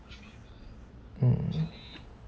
mm